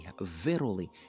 Verily